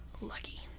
lucky